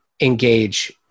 engage